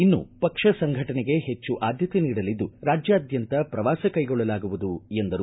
ಇನ್ನು ಪಕ್ಷ ಸಂಘಟನೆಗೆ ಹೆಚ್ಚು ಆದ್ಧತೆ ನೀಡಲಿದ್ದು ರಾಜ್ಯಾದ್ಧಂತ ಪ್ರವಾಸ ಕೈಗೊಳ್ಳಲಾಗುವುದು ಎಂದರು